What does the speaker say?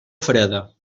freda